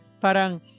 parang